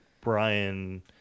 Brian